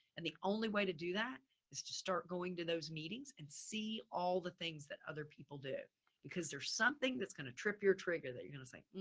and the only way to do that is to start going to those meetings and see all the things that other people do because there's something that's going to trip your trigger that you're going to say,